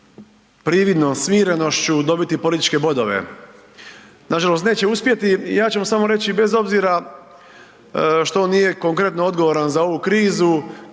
prividnom smirenošću dobiti političke bodove. Nažalost neće uspjeti i ja ću vam samo reći bez obzira što on nije konkretno odgovoran za ovu krizu